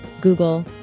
Google